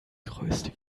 größte